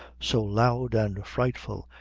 so loud and frightful,